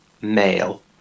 male